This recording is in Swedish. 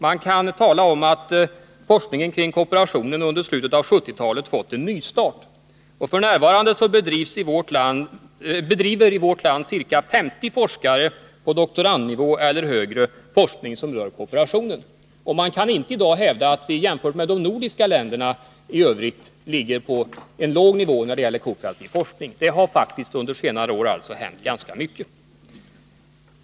Man kan tala om att forskning kring kooperationen under slutet av 1970-talet fått en nystart, och f.n. bedriver i vårt land ca 50 forskare på doktorandnivå eller högre forskning som rör kooperationen. I dag kan man inte hävda att vi jämfört med de nordiska länderna i övrigt ligger på en låg nivå när det gäller kooperativ forskning. Det har alltså under senare år hänt ganska mycket.